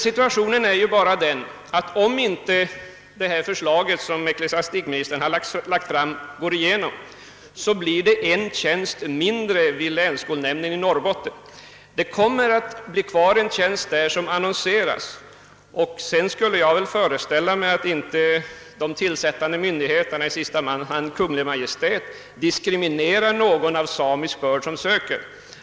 Situationen är emellertid den, att om ecklesiastikministerns förslag på denna punkt inte går igenom, så blir det en tjänst mindre vid länsskolnämnden i Norrbottens län — tar vi Kungl. Maj:ts förslag annonseras en tjänst ledig för bl.a. nomadskolefrågorna. Jag skulle föreställa mig att de tillsättande myndigheterna — i sista hand Kungl. Maj:t — inte diskriminerar någon av samisk börd som söker.